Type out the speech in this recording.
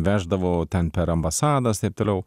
veždavo ten per ambasadas taip toliau